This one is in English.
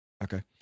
Okay